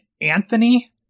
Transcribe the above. Anthony